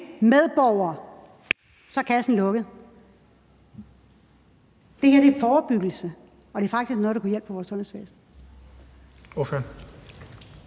medborgere, er kassen lukket. Det her er forebyggelse, og det er faktisk noget, der kunne hjælpe på vores sundhedsvæsen.